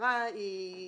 הבקרה לא